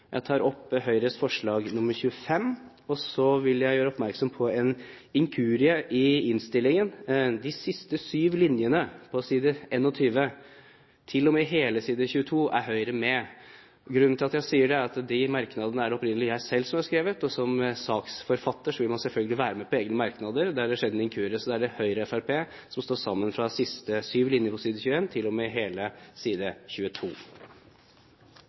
Jeg tar opp Høyres forslag, nr. 25. Og så vil jeg gjøre oppmerksom på en inkurie i innstillingen. Fra de siste sju linjene på side 21 til og med hele side 22 er Høyre med på merknadene. Grunnen til at jeg sier det, er at de merknadene er det opprinnelig jeg selv som har skrevet, og som saksforfatter vil man selvfølgelig være med på egne merknader. Der har det skjedd en inkurie, så da er det Høyre og Fremskrittspartiet som står sammen fra de siste sju linjene på side 21 til og med hele side